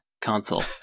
console